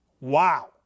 Wow